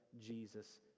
Jesus